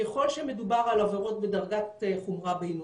ככל שמדובר על עבירות בדרגת חומרה בינונית,